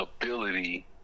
ability